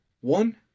One